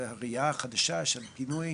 וראייה חדשה של פינוי